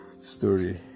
story